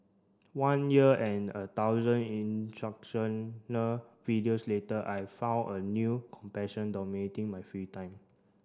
one year and a thousand instructional videos later I found a new compassion dominating my free time